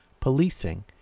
policing